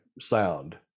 sound